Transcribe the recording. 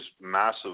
massive